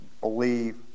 believe